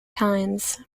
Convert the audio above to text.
times